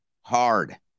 hard